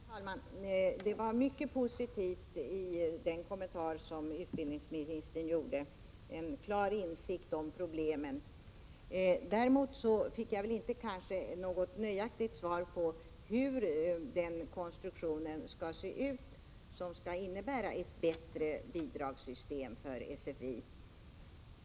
Fru talman! Det finns mycket positivt i den kommentar som utbildningsministern gjorde. Den visade på en klar insikt om problemen. Jag har däremot inte fått något nöjaktigt svar på hur den konstruktion skall se ut som skall innebära ett bättre bidragssystem för SFI.